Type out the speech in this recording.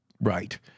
right